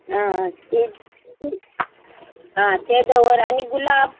आं ती आं ते दवर आनी गुलाब